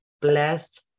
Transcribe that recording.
blessed